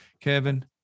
Kevin